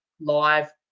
live